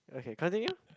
okay continue